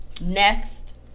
Next